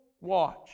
watch